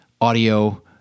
audio